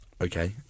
Okay